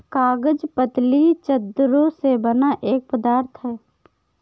कागज पतली चद्दरों से बना एक पदार्थ है